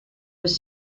was